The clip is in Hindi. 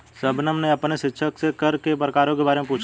शबनम ने अपने शिक्षक से कर के प्रकारों के बारे में पूछा